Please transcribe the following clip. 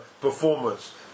performance